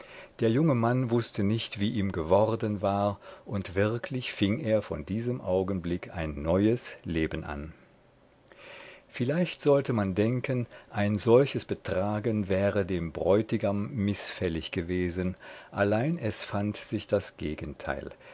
der junge mann wußte nicht wie ihm geworden war und wirklich fing er von diesem augenblick ein neues leben an vielleicht sollte man denken ein solches betragen wäre dem bräutigam mißfällig gewesen allein es fand sich das gegenteil